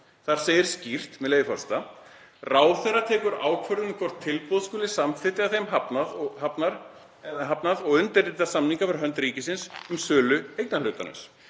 Þar segir skýrt, með leyfi forseta: „Ráðherra tekur ákvörðun um hvort tilboð skuli samþykkt eða þeim hafnað og undirritar samninga fyrir hönd ríkisins um sölu eignarhlutarins.“